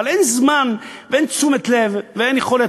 אבל אין זמן ואין תשומת-לב ואין יכולת,